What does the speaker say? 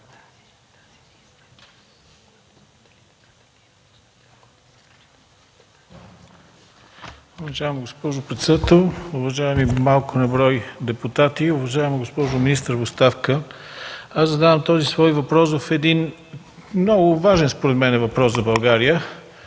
Уважаема госпожо председател, уважаеми малко на брой депутати, уважаема госпожо министър в оставка! Задавам този много важен според мен въпрос за България.